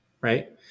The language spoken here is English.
Right